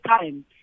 time